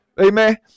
Amen